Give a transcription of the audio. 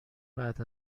بعد